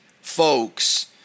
folks